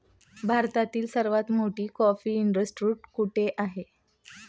भारतातील सर्वात मोठी कॉफी इस्टेट कुठे आहे?